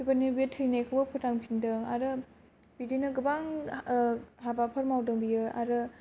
बेबादिनो बियो थैनायखौबो फोथांफिनदों आरो बिदिनो गोबां हाबाफोर मावदों बियो आरो